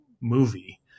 movie